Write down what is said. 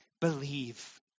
believe